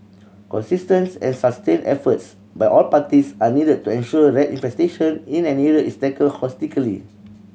consistent and sustained efforts by all parties are needed to ensure rat infestation in an area is tackled holistically